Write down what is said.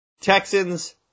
Texans